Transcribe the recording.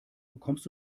bekommst